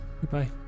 Goodbye